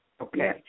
Okay